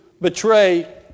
betray